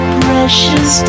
precious